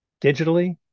digitally